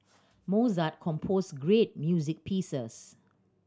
Mozart composed great music pieces